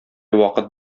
вакыт